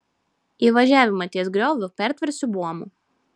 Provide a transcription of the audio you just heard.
įvažiavimą ties grioviu pertversiu buomu